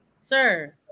sir